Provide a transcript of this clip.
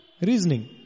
Reasoning